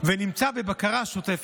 ונמצא בבקרה שוטפת.